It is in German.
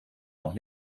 noch